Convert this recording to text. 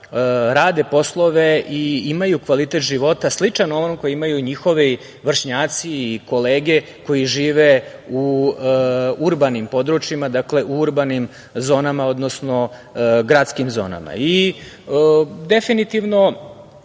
rade poslove i imaju kvalitet života sličan onom koji imaju njihovi vršnjaci i kolege koji žive u urbanim područjima, dakle u urbanim zonama, odnosno gradskim zonama. Definitivno,